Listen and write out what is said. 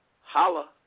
Holla